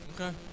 Okay